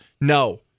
no